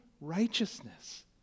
righteousness